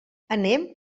anem